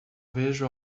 vejo